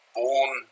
born